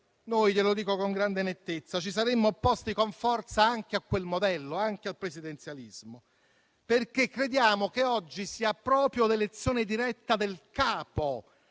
Noi - glielo dico con grande nettezza - ci saremmo opposti con forza anche a quel modello, anche al presidenzialismo, perché crediamo che oggi sia proprio l'elezione diretta del capo